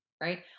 right